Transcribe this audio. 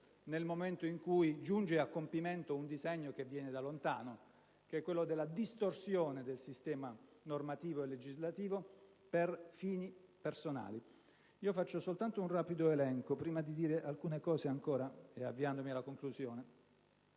nel momento in cui giunge a compimento un disegno che viene da lontano, quello della distorsione del sistema normativo e legislativo per fini personali. Cito soltanto un rapido elenco, prima di dire ancora solo alcune cose ed avviarmi alla conclusione,